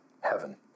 heaven